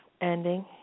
ending